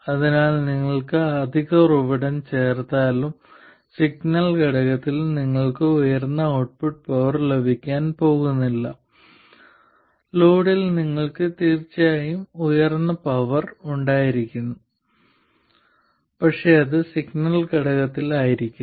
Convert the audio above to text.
അതിനാൽ നിങ്ങൾ ഒരു അധിക ഉറവിടം ചേർത്താലും സിഗ്നൽ ഘടകത്തിൽ നിങ്ങൾക്ക് ഉയർന്ന ഔട്ട്പുട്ട് പവർ ലഭിക്കാൻ പോകുന്നില്ല ലോഡിൽ നിങ്ങൾക്ക് തീർച്ചയായും ഉയർന്ന പവർ ലഭിക്കും പക്ഷേ അത് സിഗ്നൽ ഘടകത്തിലായിരിക്കില്ല